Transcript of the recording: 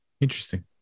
interesting